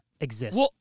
exist